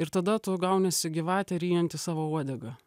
ir tada tu gauniesi gyvatė ryjanti savo uodegą